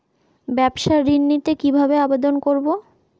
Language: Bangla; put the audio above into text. ব্যাবসা ঋণ নিতে কিভাবে আবেদন করব?